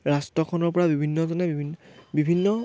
ৰাষ্ট্ৰখনৰ পৰা বিভিন্নজনে বিভিন্ন বিভিন্ন